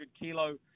kilo